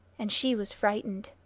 and she was frightened.